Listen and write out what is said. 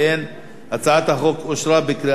הצעת החוק אושרה בקריאה שנייה.